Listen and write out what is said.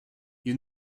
you